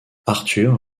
arthur